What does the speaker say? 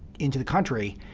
into the country.